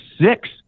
six